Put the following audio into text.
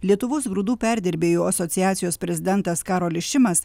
lietuvos grūdų perdirbėjų asociacijos prezidentas karolis šimas